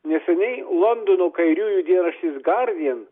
neseniai londono kairiųjų dienraštis gardijan